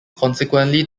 consequently